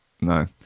no